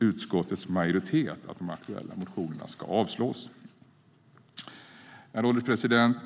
utskottets majoritet att de aktuella motionerna ska avslås. Herr ålderspresident!